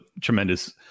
tremendous